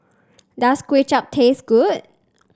does Kuay Chap taste good